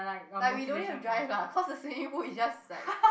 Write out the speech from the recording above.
but we don't need to drive lah cause the swimming pool is just like